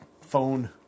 phone